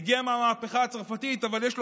הוא הגיע מהמהפכה הצרפתית אבל יש לו